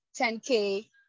10k